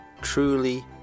truly